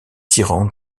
tyran